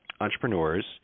entrepreneurs